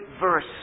verse